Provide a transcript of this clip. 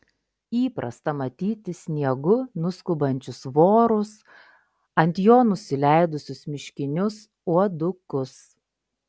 įprasta matyti sniegu nuskubančius vorus ant jo nusileidusius miškinius uodukus